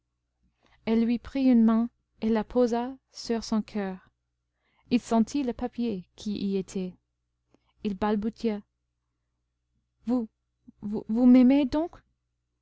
elle lui prit une main et la posa sur son coeur il sentit le papier qui y était il balbutia vous m'aimez donc